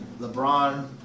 LeBron